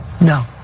no